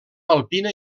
alpina